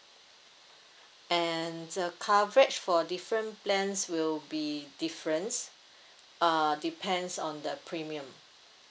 and the coverage for different plans will be different uh depends on the premium